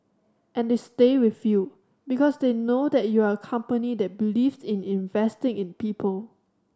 and they stay with you because they know that you are company that believes in investing in people